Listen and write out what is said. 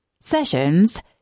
Sessions